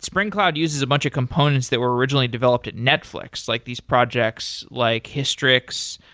spring cloud uses a bunch of components that were originally developed at netflix, like these projects like histrix,